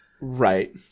Right